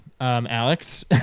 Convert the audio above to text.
Alex